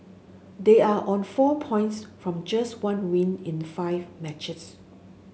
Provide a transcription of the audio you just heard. they are on four points from just one win in five matches